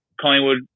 Collingwood